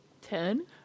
Ten